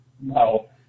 No